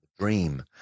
Dream